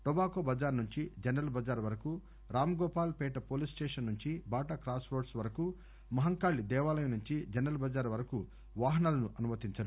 tobacco Bazaar నుంచి General Bazaar వరకు Ramgopal Pet police station నుంచి బాటా క్రాస్ రోడ్స్ వరకు మహంకాళి దేవాలయం నుంచి జనరల్ బజార్ వరకు వాహనాలను అనుమతించరు